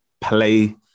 play